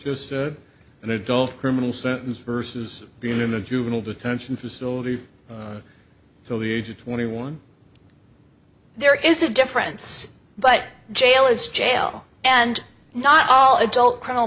just an adult criminal sentence versus being in a juvenile detention facility until the age of twenty one there is a difference but jail is jail and not all adult criminal